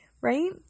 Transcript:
right